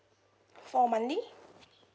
for monthly